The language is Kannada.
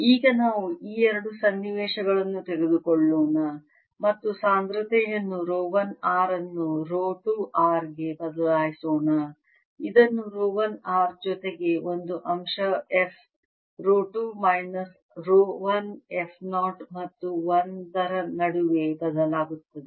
ಈಗ ನಾವು ಈ 2 ಸನ್ನಿವೇಶಗಳನ್ನು ತೆಗೆದುಕೊಳ್ಳೋಣ ಮತ್ತು ಸಾಂದ್ರತೆಯನ್ನು ರೋ 1 r ಅನ್ನು ರೋ 2 r ಗೆ ಬದಲಾಯಿಸೋಣ ಇದನ್ನು ರೋ 1 r ಜೊತೆಗೆ ಒಂದು ಅಂಶ f rho 2 minus rho 1 f 0 ಮತ್ತು 1 ರ ನಡುವೆ ಬದಲಾಗುತ್ತದೆ